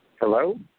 Hello